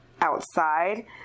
outside